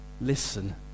Listen